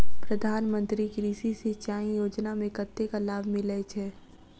प्रधान मंत्री कृषि सिंचाई योजना मे कतेक लाभ मिलय छै?